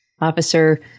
Officer